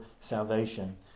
salvation